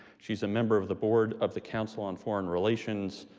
she is a member of the board of the council on foreign relations,